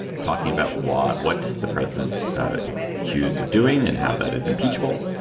talking about what what the president is accused of doing and how that is impeachable.